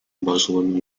muslim